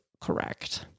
correct